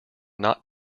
not